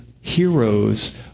heroes